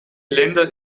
länder